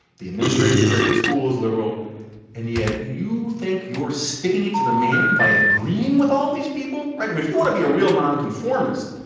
the administration here at the school is liberal and yet you think you're sticking it to the man by agreeing with all these people? um if you want to be a real non-conformist,